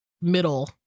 middle